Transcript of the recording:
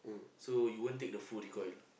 so you won't take the full recoil